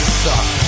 suck